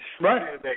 Right